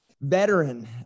veteran